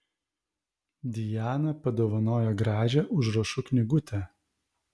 dijana padovanojo gražią užrašų knygutę